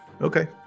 Okay